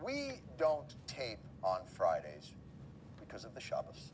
we don't pay on fridays because of the shops